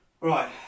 Right